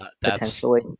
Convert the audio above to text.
Potentially